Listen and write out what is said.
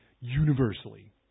universally